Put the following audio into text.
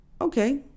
Okay